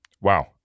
Wow